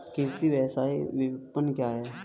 कृषि व्यवसाय विपणन क्या है?